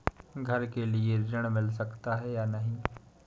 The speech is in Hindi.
घर के लिए ऋण मिल सकता है या नहीं?